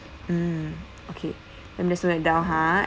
mm okay let me just note that down ha